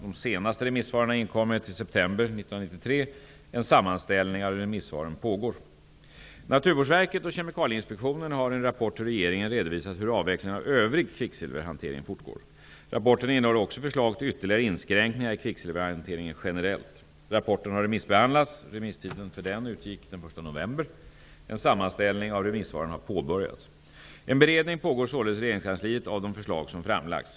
De senaste remissvaren har inkommit i september Rapporten innehåller också förslag till ytterligare inskränkningar i kvicksilverhanteringen generellt sett. Rapporten har remissbehandlats. Remisstiden utgick den 1 november 1993. En sammanställning av remissvaren har påbörjats. En beredning pågår således i regeringskansliet av de förslag som framlagts.